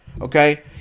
Okay